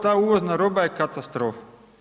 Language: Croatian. Ta uvozna roba je katastrofa.